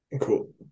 Cool